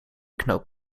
knoop